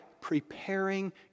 preparing